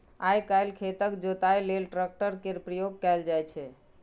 आइ काल्हि खेतक जोतइया लेल ट्रैक्टर केर प्रयोग कएल जाइ छै